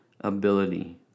ability